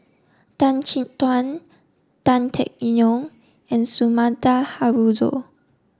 Tan Chin Tuan Tan Teck Neo and Sumida Haruzo